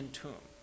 tomb